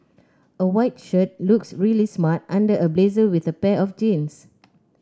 a white shirt looks really smart under a blazer with a pair of jeans